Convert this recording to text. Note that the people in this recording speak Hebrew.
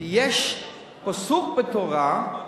כי יש פסוק בתורה: